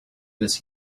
this